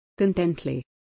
Contently